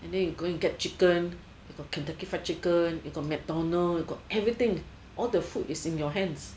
and then you go and get chicken got kentucky fried chicken you got mcdonald you got everything all the food is in your hands